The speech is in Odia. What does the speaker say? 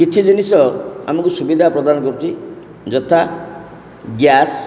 କିଛି ଜିନିଷ ଆମକୁ ସୁବିଧା ପ୍ରଦାନ କରୁଛି ଯଥା ଗ୍ୟାସ୍